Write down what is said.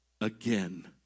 again